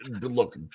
look